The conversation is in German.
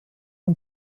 und